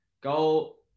Go